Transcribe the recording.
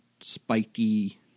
spiky